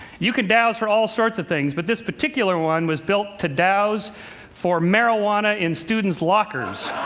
you could dowse for all sorts of things, but this particular one was built to dowse for marijuana in students' lockers.